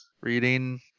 reading